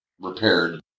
repaired